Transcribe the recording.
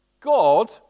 God